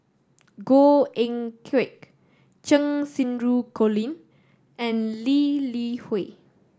Goh Eck Kheng Cheng Xinru Colin and Lee Li Hui